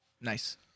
Nice